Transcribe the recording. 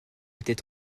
était